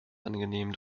angenehm